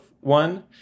one